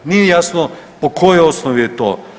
Nije jasno po kojoj osnovi je to.